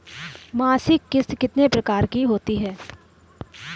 मासिक किश्त कितने प्रकार की होती है?